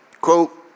Quote